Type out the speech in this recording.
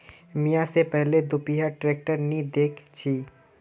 मी या से पहले दोपहिया ट्रैक्टर नी देखे छी